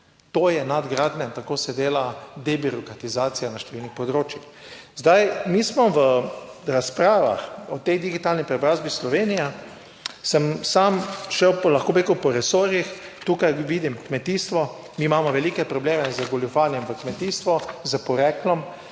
To je nadgradnja in tako se dela debirokratizacija na številnih področjih. Zdaj, mi smo v razpravah o tej digitalni preobrazbi Slovenije, sem sam šel, lahko bi rekel, po resorjih. Tukaj vidim kmetijstvo, mi imamo velike probleme z goljufanjem v kmetijstvu, s poreklom,